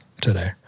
today